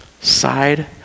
side